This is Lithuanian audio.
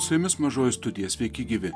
su jumis mažoji studija sveiki gyvi